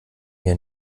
wir